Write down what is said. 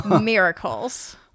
miracles